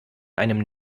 einem